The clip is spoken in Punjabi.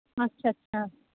ਅੱਛਾ ਅੱਛਾ